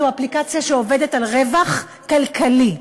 זו אפליקציה שעובדת על רווח כלכלי.